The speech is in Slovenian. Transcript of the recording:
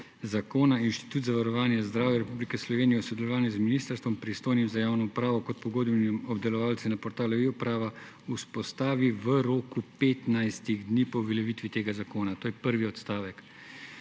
zakona Inštitut za varovanje zdravja Republike Slovenije v sodelovanju z ministrstvom, pristojnim za javno upravo, kot pogodbenim obdelovalcem na portalu eUprava vzpostavi v roku 15-ih dni po uveljaviti tega zakona«. To je prvi odstavek.